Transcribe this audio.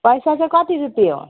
पैसा चाहिँ कति रुपियाँ हो